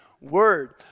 word